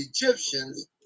Egyptians